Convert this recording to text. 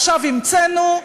עכשיו המצאנו,